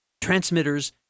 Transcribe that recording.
transmitters